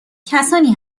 کسانی